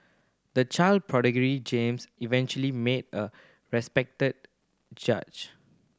a child prodigy James eventually make a respected judge